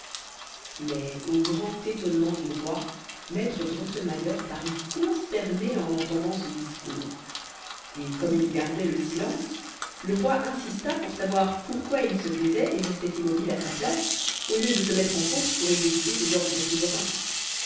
mais au grand étonnement du roi maître drosselmayer parut consterné en entendant ce discours et comme il gardait le silence le roi insista pour savoir pourquoi il se taisait et restait immobile à sa place au lieu de se mettre en course pour exécuter ses ordres souverains